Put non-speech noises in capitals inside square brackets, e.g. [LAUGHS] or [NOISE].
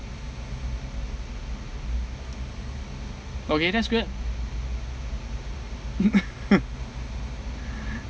okay that's good [LAUGHS]